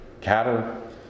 cattle